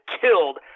killed